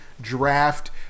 draft